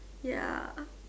ya